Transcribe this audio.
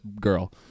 girl